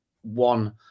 one